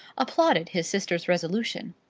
applauded his sister's resolution.